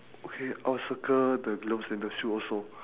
okay I'll circle the gloves and the shoe also